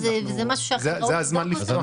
זה הזמן לפתוח אותו.